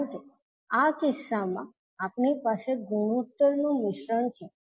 કારણ કે આ કિસ્સામાં આપણી પાસે ગુણોત્તર નું મિશ્રણ છે